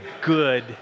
good